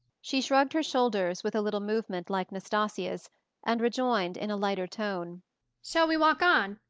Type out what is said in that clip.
she shrugged her shoulders, with a little movement like nastasia's, and rejoined in a lighter tone shall we walk on?